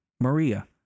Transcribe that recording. Maria